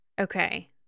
okay